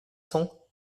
cents